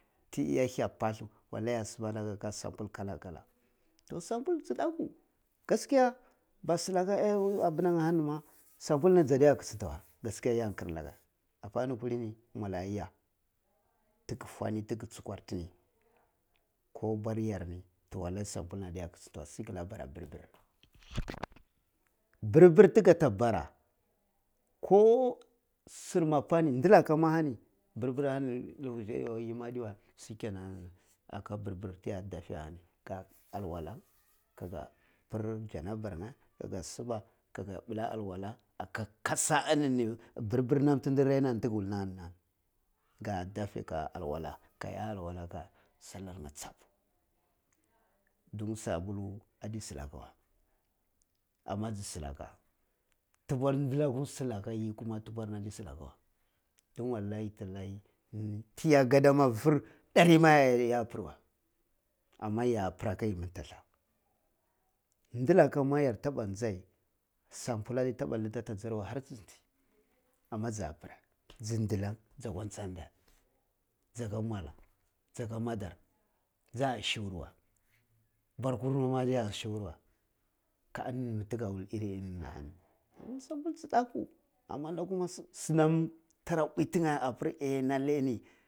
Tiya hiya palu wallai ya sipa ga liga subul kala-kala toh sobul ji ndaki gaskiya ba shilaga iya abur nan ma sabul ni jada kichinta wey gaskiya ya nkira la ga apa illi kulini nmwala ada ya tigi fwani ti gi chikwa tini ko bowar yar ni sa bul ni ade kichinta wey sai gi lika bara bir-bir. Bir-bir tigata bara ko sir mina pani dila kani bir-bir ahani aga bir bir ti ga dalu ahani ani walle kage pir janaba nya aga siba kaga bulla alwala aka kasha ini ni bir bir ini-ini nam tini rain a nari ka dali ka iya alwala ka iya alwala aka sallah ya chab dun sabulu adi silaka we amma ji silaka tubwar na kum silaka, yi kuma tubar na adi silaka weytun don wallahi tallahi yi ti ya gan dama ma fir dari ya pur wey amma ya pura aka yimi talhah di laka ma yar taba jiaj sambula ai taba liti asa jari wai har ti ji ti amma ja pura j. Dillan ja kura cha da jaga mwala jaga madar ja suwur wey bor kir ni ma ah suwur wey ka ini ni mi ti ga wul iri inini hani yabir ji ndaku amma lakuma zi nam tara ibutiya abir a lalle ni.